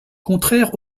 contraire